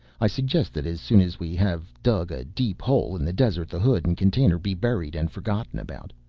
i suggest that as soon as we have dug a deep hole in the desert the hood and container be buried and forgotten about.